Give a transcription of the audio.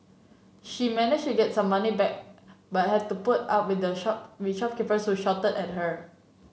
she managed get some money back but had to put up with the shop with shopkeepers shouted at her